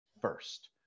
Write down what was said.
first